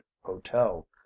hotel